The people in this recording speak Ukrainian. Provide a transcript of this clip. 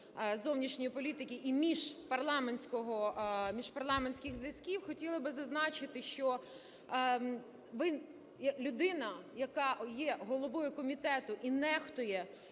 зовнішньої політики і міжпарламентських зв'язків. Хотіла би зазначити, що ви – людина, яка є головою комітету і нехтує